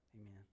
amen